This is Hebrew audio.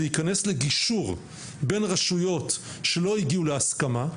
להיכנס לגישור בין רשויות שלא הגיעו להסכמה,